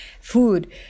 food